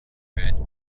read